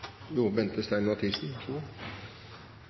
Bente Stein Mathisen